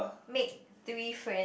make three friend